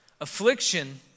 Affliction